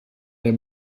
der